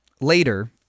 later